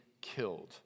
killed